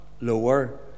lower